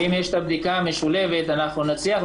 אם יש את הבדיקה המשולבת אנחנו נצליח,